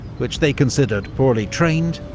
which they considered poorly trained,